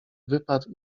wypadł